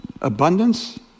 Abundance